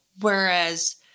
Whereas